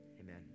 amen